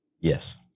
Yes